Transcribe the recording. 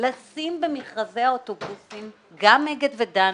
לשים במכרזי האוטובוסים גם "אגד" ו"דן",